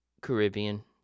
Caribbean